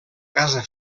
casa